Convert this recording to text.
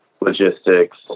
logistics